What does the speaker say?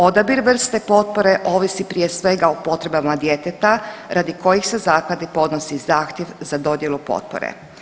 Odabir vrste potpore ovisi prije svega o potrebama djeteta radi kojih se zakladi podnosi zahtjev za dodjelu potpore.